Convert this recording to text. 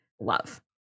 love